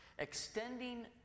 Extending